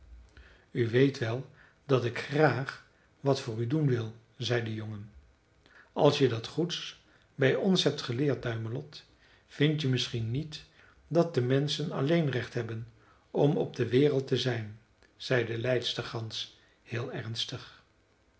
u weet wel dat ik graag wat voor u doen wil zei de jongen als je wat goeds bij ons hebt geleerd duimelot vind je misschien niet dat de menschen alleen recht hebben om op de wereld te zijn zei de leidstergans heel ernstig